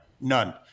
None